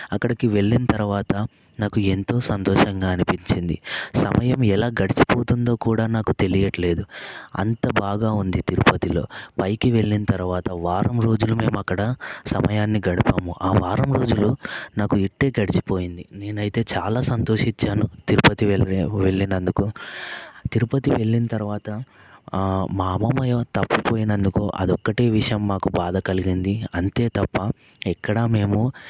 అక్కడికి వెళ్ళిన తర్వాత నాకు ఎంతో సంతోషంగా అనిపించింది సమయం ఎలా గడిచి పోతుందో కూడా నాకు తెలియట్లేదు అంత బాగా ఉంది తిరుపతిలో పైకి వెళ్ళిన తర్వాత వారం రోజుల మేము అక్కడ సమయాన్ని గడపము ఆ వారం రోజులు నాకు ఇట్టే గడిచిపోయింది నేనైతే చాలా సంతోషించాను తిరుపతి వెళ్ళే వెళ్ళినందుకు తిరుపతి వెళ్ళిన తర్వాత మా అమ్మమ్మ ఏమో తప్పిపోయినందుకు అదొక్కటే విషయం మాకు బాధ కలిగింది అంతే తప్ప ఎక్కడా మేము